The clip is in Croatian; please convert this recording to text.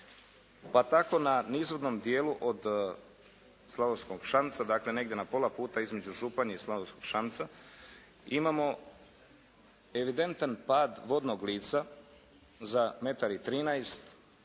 Pa tako na nizvodnom dijelu od Slavonskog Šamca dakle negdje na pola puta između Županje i Slavonskog Šamca. Imamo evidentan pad vodnog lica za metar i 13,